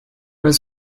was